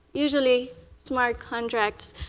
usually smart contracts